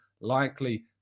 likely